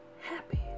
happy